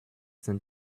sind